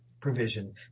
provision